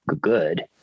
good